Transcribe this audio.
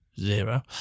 zero